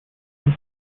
and